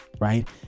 Right